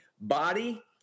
body